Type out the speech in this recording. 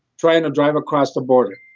trying to drive across the border,